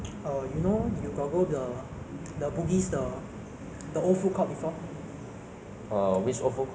I eat there before lah but I don't like that place because usually ah it's very crowded lah whe~ you hardly can find any seats